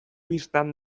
bistan